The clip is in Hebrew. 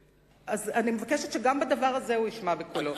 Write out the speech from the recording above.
אז אני מבקשת שגם בדבר הזה הוא ישמע בקולו,